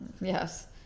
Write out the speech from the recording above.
Yes